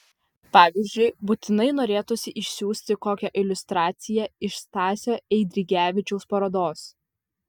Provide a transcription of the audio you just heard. pavyzdžiui būtinai norėtųsi išsiųsti kokią iliustraciją iš stasio eidrigevičiaus parodos